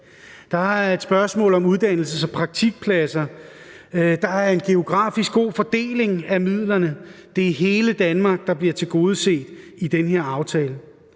Der er et spørgsmål om uddannelses- og praktikpladser, der er en geografisk god fordeling af midlerne, for det er hele Danmark, der bliver tilgodeset med den her aftale.